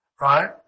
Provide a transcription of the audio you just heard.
right